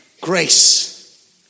grace